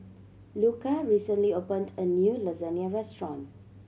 Luka recently opened a new Lasagne Restaurant